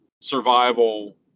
survival